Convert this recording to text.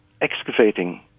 excavating